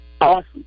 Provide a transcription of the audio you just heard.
Awesome